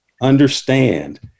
understand